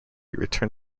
return